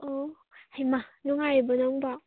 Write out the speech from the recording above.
ꯑꯣ ꯍꯩꯃꯥ ꯅꯨꯡꯉꯥꯏꯔꯤꯕꯣ ꯅꯪꯕꯣ